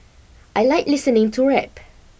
I like listening to rap